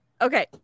Okay